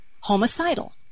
homicidal